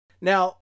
Now